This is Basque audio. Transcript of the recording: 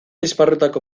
esparrutako